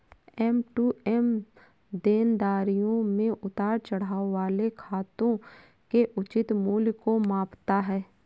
M to M देनदारियों में उतार चढ़ाव वाले खातों के उचित मूल्य को मापता है